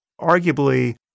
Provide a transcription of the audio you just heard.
arguably